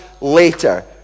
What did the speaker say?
later